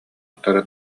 утары